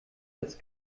als